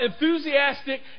enthusiastic